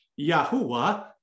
Yahuwah